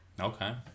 okay